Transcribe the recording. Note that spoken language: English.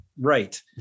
Right